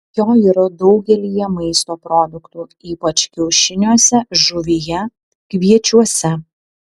jo yra daugelyje maisto produktų ypač kiaušiniuose žuvyje kviečiuose